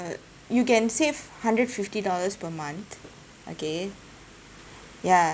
you can save hundred fifty dollars per month okay ya